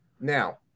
Now